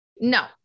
No